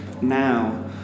Now